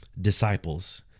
disciples